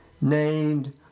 named